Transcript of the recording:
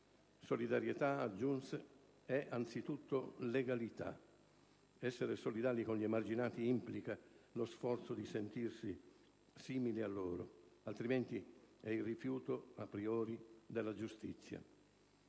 Solidarietà - aggiunse - è anzitutto legalità. Essere solidali con gli emarginati implica lo sforzo di sentirsi simili a loro. Altrimenti è il rifiuto, a priori, della giustizia».